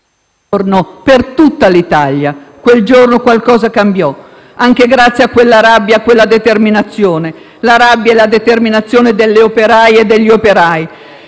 Per tutta l'Italia, quel giorno qualcosa cambiò, anche grazie a quella rabbia e a quella determinazione; la rabbia e la determinazione delle operaie e degli operai.